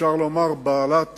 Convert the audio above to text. אפשר לומר בעלת